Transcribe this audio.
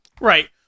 Right